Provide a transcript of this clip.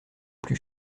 plus